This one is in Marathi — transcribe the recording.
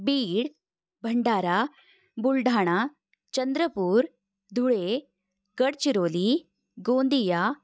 बीड भंडारा बुलढाणा चंद्रपूर धुळे गडचिरोली गोंदिया